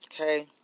okay